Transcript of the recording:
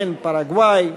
ובהן פרגוואי,